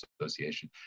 association